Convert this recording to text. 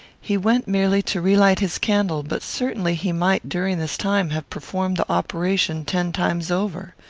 he went merely to relight his candle, but certainly he might, during this time, have performed the operation ten times over.